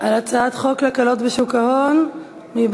על הצעת חוק להקלות בשוק ההון ולעידוד הפעילות בו (תיקוני חקיקה).